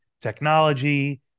technology